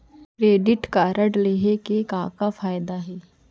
Credit card लेहे के का का फायदा हे?